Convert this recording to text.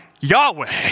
Yahweh